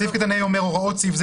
סעיף קטן (ה) אומר "הוראות סעיף זה